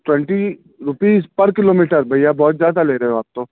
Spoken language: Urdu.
ٹونٹی روپیز پر کلو میٹر بھیا بہت زیادہ لے رہے ہو آپ تو